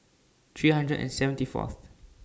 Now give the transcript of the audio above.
three hundred and seventy Fourth